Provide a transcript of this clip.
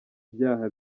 ibyaha